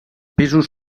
pisos